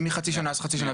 אם היא חצי שנה אז חצי שנה,